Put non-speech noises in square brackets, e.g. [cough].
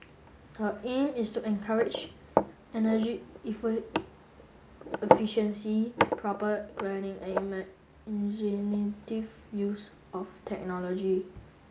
[unintelligible] the aim is to encourage energy [unintelligible] efficiency proper planning and imaginative use of technology